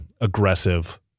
aggressive